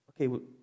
okay